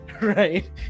right